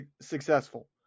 successful